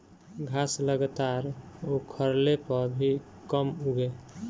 घास लगातार उखड़ले पर भी कम उगी